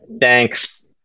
Thanks